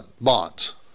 bonds